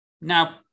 Now